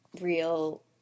real